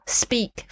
speak